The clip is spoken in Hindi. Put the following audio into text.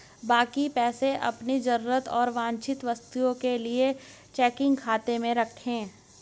बाकी पैसे अपनी जरूरत और वांछित वस्तुओं के लिए चेकिंग खाते में रखें